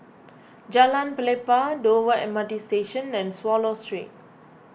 Jalan Pelepah Dover M R T Station and Swallow Street